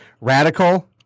Radical